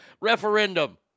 Referendum